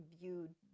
viewed